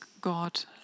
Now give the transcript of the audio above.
God